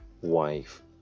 wife